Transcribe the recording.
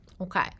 Okay